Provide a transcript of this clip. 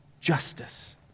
justice